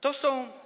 To są.